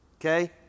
Okay